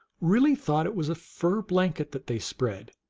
really thought it was a fur blanket that they spread,